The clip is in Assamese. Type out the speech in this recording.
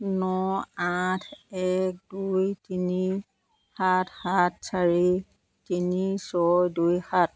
ন আঠ এক দুই তিনি সাত সাত চাৰি তিনি ছয় দুই সাত